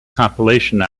compilation